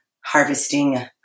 harvesting